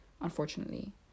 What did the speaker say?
unfortunately